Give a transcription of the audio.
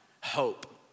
hope